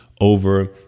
over